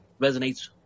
resonates